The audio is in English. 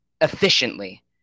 efficiently